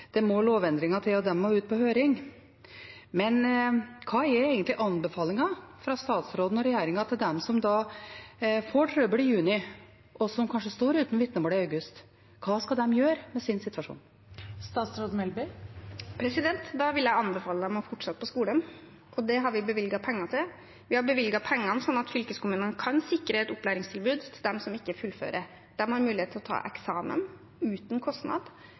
må ut på høring. Men hva er egentlig anbefalingen fra statsråden og regjeringen til de som får trøbbel i juni, og som kanskje står uten vitnemål i august? Hva skal de gjøre med sin situasjon? Da vil jeg anbefale dem å fortsette på skolen, og det har vi bevilget penger til. Vi har bevilget penger slik at fylkeskommunene kan sikre et opplæringstilbud til de som ikke fullfører. De får mulighet til å ta eksamen uten kostnad.